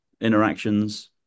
interactions